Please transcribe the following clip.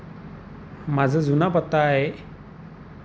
माझं जुना पत्ता आहे